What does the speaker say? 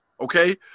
okay